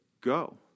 go